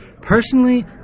Personally